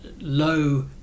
low